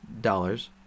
dollars